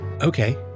Okay